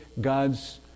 God's